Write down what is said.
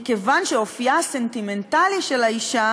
מכיוון שאופייה הסנטימנטלי של האישה